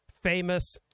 famous